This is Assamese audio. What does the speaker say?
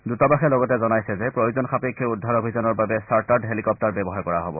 দৃতাবাসে লগতে জনাইছে যে প্ৰয়োজন সাপেক্ষে উদ্ধাৰ অভিযানৰ বাবে চাৰ্টাৰ্ড হেলিকপ্টাৰ ব্যৱহাৰ কৰা হব